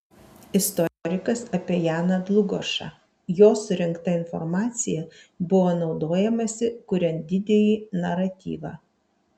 istorikas apie janą dlugošą jo surinkta informacija buvo naudojamasi kuriant didįjį naratyvą